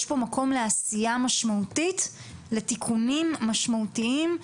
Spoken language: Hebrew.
יש פה מקום לעשייה משמעותית לתיקונים משמעותיים,